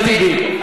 חבר הכנסת טיבי,